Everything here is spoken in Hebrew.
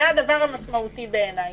זה הדבר המשמעותי בעיני,